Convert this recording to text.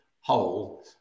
whole